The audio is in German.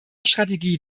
strategie